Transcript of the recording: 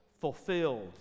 Fulfilled